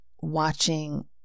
watching